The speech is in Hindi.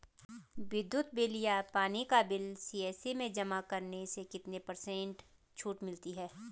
विद्युत बिल या पानी का बिल सी.एस.सी में जमा करने से कितने पर्सेंट छूट मिलती है?